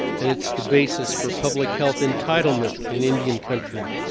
and it's the basis for public health entitlement in indian country.